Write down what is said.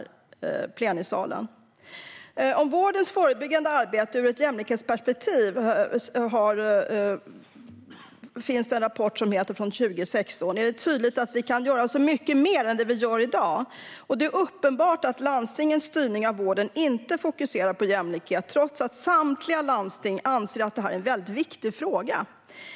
I en rapport från 2016, Vårdens förebyggande arbete ur ett jämlikhetsperspektiv , är det tydligt att vi kan göra så mycket mer än det vi gör i dag. Det är uppenbart att landstingens styrning av vården inte fokuserar på jämlikhet, trots att samtliga landsting anser att det är en väldigt viktig fråga.